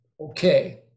okay